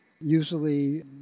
usually